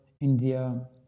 India